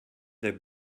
der